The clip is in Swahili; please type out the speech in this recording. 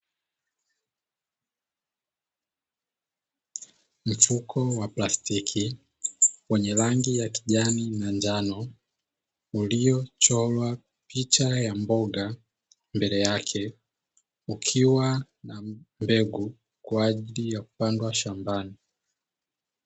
Mfuko wa plastiki wenye rangi ya kijani na njano uliyochorwa picha ya mboga mbele yake, ukiwa na mbegu kwa ajili ya kupandwa shambani.